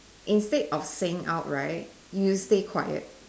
instead of saying out right you stay quiet